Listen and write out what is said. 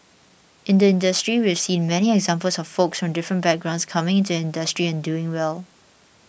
in the industry we've seen many examples of folks from different backgrounds coming into the industry and doing well